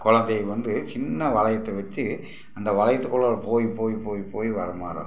குலந்தைக வந்து சின்ன வளையத்தை வச்சு அந்த வளையத்துக்குள்ளார போய் போய் போய் போய் வர்ற மாரி